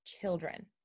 children